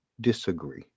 disagree